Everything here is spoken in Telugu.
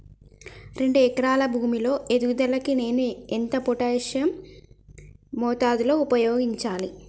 రెండు ఎకరాల భూమి లో ఎదుగుదలకి నేను పొటాషియం ఎంత మోతాదు లో ఉపయోగించాలి?